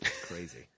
Crazy